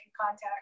contact